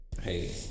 hey